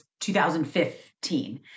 2015